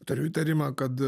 turiu įtarimą kad